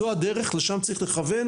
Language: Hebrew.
זאת הדרך, לשם צריך לכוון.